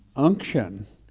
unction